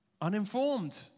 Uninformed